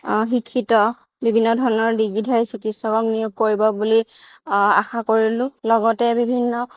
শিক্ষিত বিভিন্ন ধৰণৰ ডিগ্ৰীধাৰী চিকিৎসকক নিয়োগ কৰিব বুলি আশা কৰিলোঁ লগতে বিভিন্ন